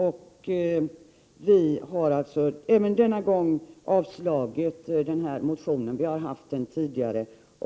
Utskottet har alltså även denna gång avstyrkt motionen — vi har haft den tidigare.